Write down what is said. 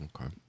Okay